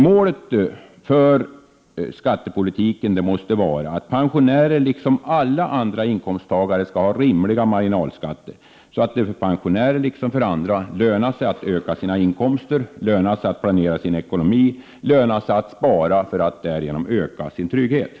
Målet för skattepolitiken måste vara att pensionärer liksom alla andra inkomsttagare skall ha rimliga marginalskatter, så att det för pensionärer liksom för andra lönar sig att öka sina inkomster, lönar sig att planera sin ekonomi och lönar sig att spara för att därigenom öka sin trygghet.